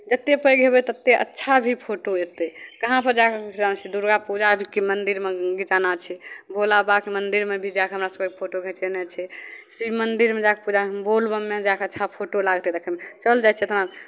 जतेक पैघ हेबै ततेक अच्छा भी फोटो अयतै कहाँपर जाय कऽ घिचाना छै दुर्गा पूजाके मन्दिरमे घिचाना छै भोला बाबाके मन्दिरमे भी जा कऽ हमरा सभकेँ फोटो घिचयनाइ छै शिव मन्दिरमे जा कऽ पूजा बोलबममे जा कऽ अच्छा फोटो लागतै देखैमे चल जाइ छियै तऽ वहाँ